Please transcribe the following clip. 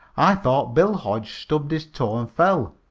i thought bill hodge stubbed his toe and fell.